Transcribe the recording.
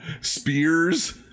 spears